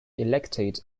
elected